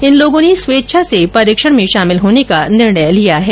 इन लोगों ने स्वेच्छा से परीक्षण में शामिल होने का निर्णय लिया है